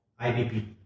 IBP